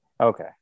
Okay